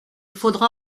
faudra